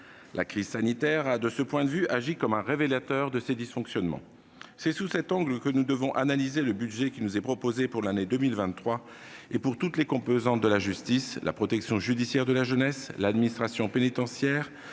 La crise sanitaire a, de ce point de vue, agi comme un révélateur de ses dysfonctionnements. C'est sous cet angle que nous devons analyser le budget qui nous est proposé pour l'année 2023, pour toutes les composantes de la justice : la protection judiciaire de la jeunesse, l'administration pénitentiaire,